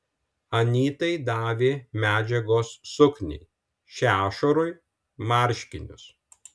anytai davė medžiagos sukniai šešurui marškinius